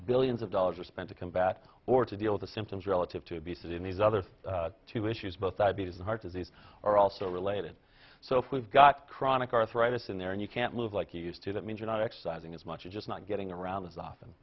billions of dollars are spent to combat or to deal with the symptoms relative to be sitting these other two issues both diabetes and heart disease are also related so if we've got chronic arthritis in there and you can't move like you used to that means you're not exercising as much as just not getting around as often